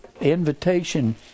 invitation